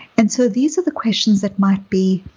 and so these are the questions that might be.